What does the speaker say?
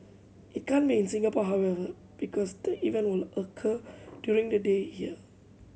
it can't be seen in Singapore however because the event will occur during the day here